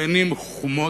תאנים חומות.